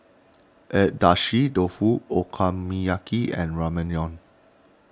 Agedashi Dofu Okonomiyaki and Ramyeon